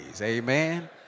Amen